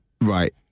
Right